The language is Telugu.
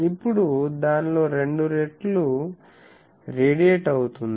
ఇప్పుడు దానిలో రెండు రెట్లు రేడియేట్ అవుతుంది